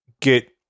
get